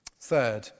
Third